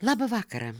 labą vakarą